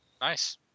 Nice